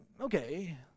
Okay